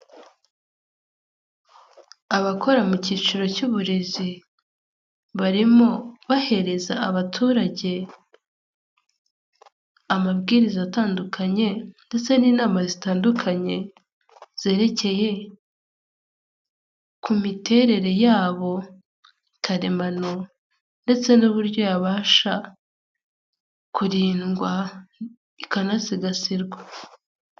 Abakora mu cyiciro cy'uburezi, barimo bahereza abaturage amabwiriza atandukanye ndetse n'inama zitandukanye, zerekeye ku miterere yabo karemano ndetse n'uburyo yabasha kurindwa ikanasigasirwa.